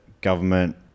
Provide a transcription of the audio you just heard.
government